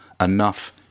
Enough